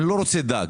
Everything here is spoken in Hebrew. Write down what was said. אני לא רוצה דג.